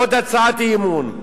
עוד הצעת אי-אמון,